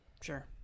Sure